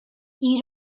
you